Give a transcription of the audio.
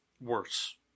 worse